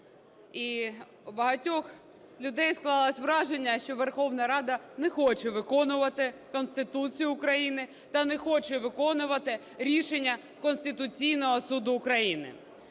І у багатьох людей склалось враження, що Верховна Рада не хоче виконувати Конституцію України та не хоче виконувати рішення Конституційного Суду України.